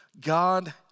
God